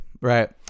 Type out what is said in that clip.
right